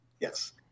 Yes